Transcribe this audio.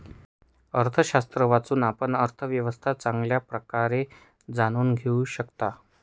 अर्थशास्त्र वाचून, आपण अर्थव्यवस्था चांगल्या प्रकारे जाणून घेऊ शकता